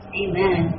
amen